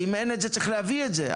ואם אין זה, צריך להביא את זה.